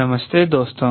नमस्ते दोस्तों